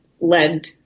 led